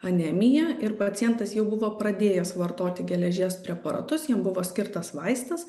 anemija ir pacientas jau buvo pradėjęs vartoti geležies preparatus jam buvo skirtas vaistas